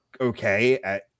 okay